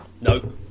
No